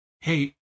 hey